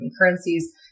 currencies